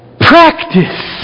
practice